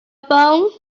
phone